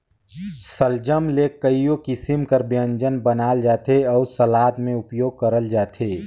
सलजम ले कइयो किसिम कर ब्यंजन बनाल जाथे अउ सलाद में उपियोग करल जाथे